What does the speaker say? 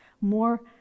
more